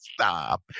Stop